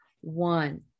One